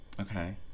Okay